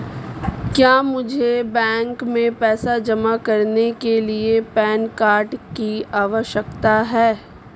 क्या मुझे बैंक में पैसा जमा करने के लिए पैन कार्ड की आवश्यकता है?